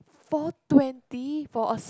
four twenty for a